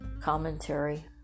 commentary